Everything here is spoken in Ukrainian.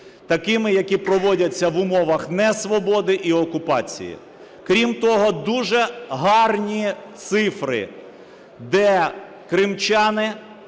такими, які проводяться в умовах несвободи і окупації. Крім того, дуже гарні цифри, де кримчани